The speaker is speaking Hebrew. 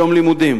יום לימודים.